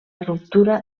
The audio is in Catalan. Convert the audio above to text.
ruptura